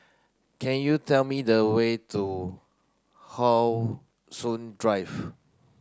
can you tell me the way to How Soon Drive